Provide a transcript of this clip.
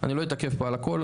אני לא אתעכב פה על הכל,